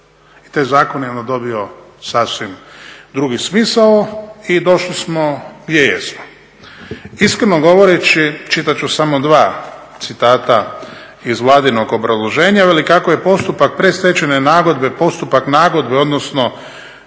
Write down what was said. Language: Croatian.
i taj zakon je onda dobio sasvim drugi smisao i došli smo gdje jesmo. Iskreno govoreći, čitat ću samo dva citata iz vladinog obrazloženja, veli kako je postupak predstečajne nagodbe postupak nagodbe odnosno